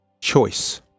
choice